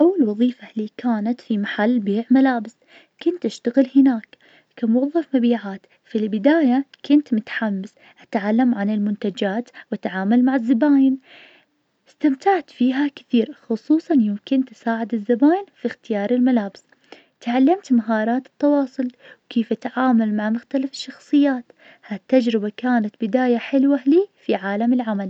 أول وظيفة لي كانت في محل بيع ملابس, كنت اشتغل هناك موظف مبيعات, في البداية كنت متحمس اتعلم على المنتجات, واتعامل مع الزباين, استمتعت فيها كثير, خصوصاً يوم كنت اساعة الزباين في اختيار الملابس, تعلمت مهارات التواصل, كيف اتعامل مع مختلف الشخصيات, هالتجربة كانت بداية حلوة لي في عالم العمل.